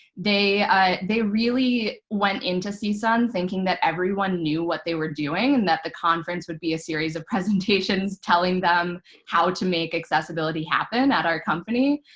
they ah they really went into csun thinking that everyone knew what they were doing and that the conference would be a series of presentations telling them how to make accessibility happen at our company.